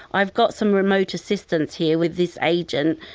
i've got some remote assistance here with this agent,